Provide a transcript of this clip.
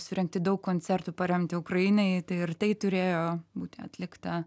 surengti daug koncertų paremti ukrainą ir tai turėjo būti atlikta